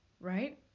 right